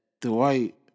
Dwight